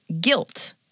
guilt